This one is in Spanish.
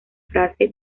frase